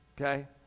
okay